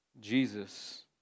Jesus